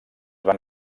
van